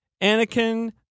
Anakin